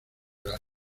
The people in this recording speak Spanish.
las